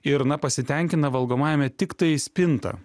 ir na pasitenkina valgomajame tiktai spinta